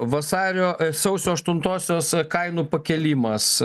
vasario sausio aštuntosios kainų pakėlimas